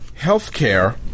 Healthcare